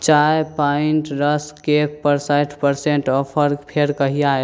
चाइ point rusk केकपर साठि परसेन्ट ऑफर फेर कहिआ